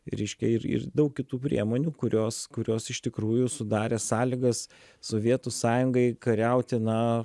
reiškia ir ir daug kitų priemonių kurios kurios iš tikrųjų sudarė sąlygas sovietų sąjungai kariauti na